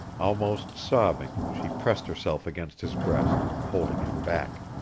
almost sobbing, she pressed herself against his breast, holding him back.